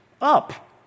up